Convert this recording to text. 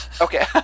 Okay